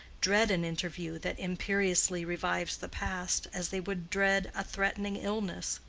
dread an interview that imperiously revives the past, as they would dread a threatening illness.